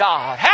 God